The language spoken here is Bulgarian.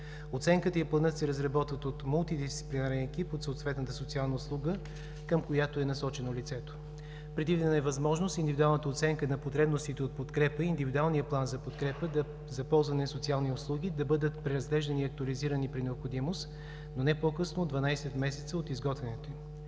Оценката и планът се разработват от мултидисциплинарен екип от съответната социална услуга, към която е насочено лицето. Предвидена е възможност индивидуалната оценка на потребностите от подкрепа и индивидуалният план за подкрепа за ползване на социални услуги да бъдат преразглеждани и актуализирани при необходимост, но не по-късно от 12 месеца от изготвянето им.